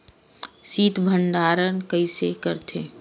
शीत भंडारण कइसे करथे?